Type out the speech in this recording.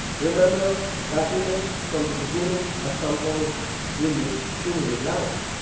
remember that image from the beginning? at some point we met in real life,